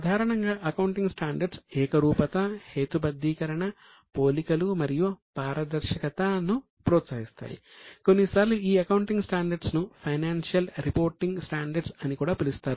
సాధారణంగా accounting standards అని కూడా పిలుస్తారు